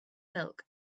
milk